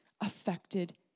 affected